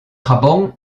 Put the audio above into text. japón